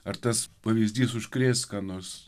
ar tas pavyzdys užkrės ką nors